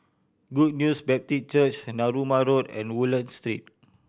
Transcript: Good News Baptist Church Narooma Road and Woodlands Street